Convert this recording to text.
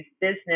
business